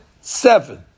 seven